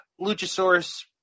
Luchasaurus